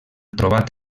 trobat